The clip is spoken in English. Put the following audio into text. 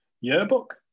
yearbook